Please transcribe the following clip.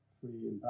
free